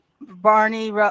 Barney